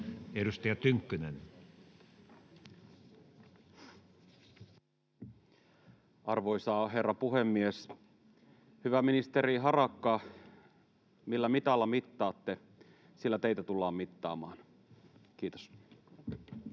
14:07 Content: Arvoisa herra puhemies! Hyvä ministeri Harakka, millä mitalla mittaatte, sillä teitä tullaan mittaamaan. — Kiitos.